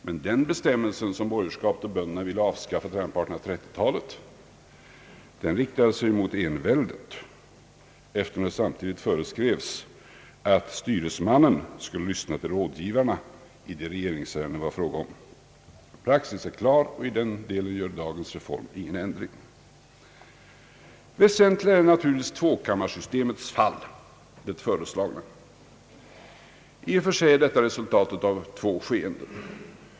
Men den bestämmelse som borgerskapet och bönderna ville ha avskaffad redan på 1830-talet riktade sig mot enväldet, eftersom det samtidigt föreskrevs att styresmannen skulle lyssna till rådgivarna i de regeringsärenden det var fråga om. Beträffande praxis gör dagens reform ingen ändring. Väsentligare är naturligtvis tvåkammarsystemets fall. I och för sig är detta resultatet av två skeenden.